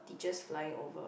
teachers flying over